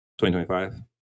2025